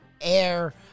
air